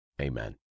Amen